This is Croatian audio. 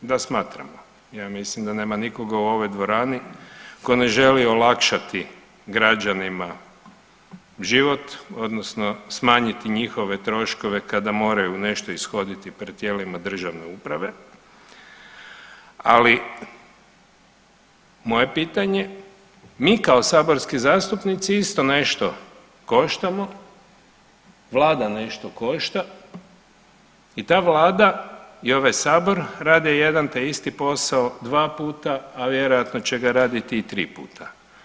Da, smatramo, ja mislim da nema nikoga u ovoj dvorani ko ne želi olakšati građanima život odnosno smanjiti njihove troškove kada moraju nešto ishoditi pred tijelima državne uprave, ali moje pitanje, mi kao saborski zastupnici isto nešto koštamo, Vlada nešto košta i ta Vlada i ovaj sabor rade jedan te isti posao dva puta, a vjerojatno će ga raditi i tri puta.